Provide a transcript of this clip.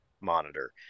monitor